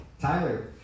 Tyler